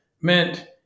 meant